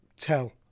tell